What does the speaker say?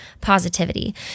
positivity